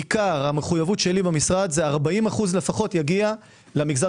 בעיקר המחויבות שלי במשרד זה 40% יגיע למגזר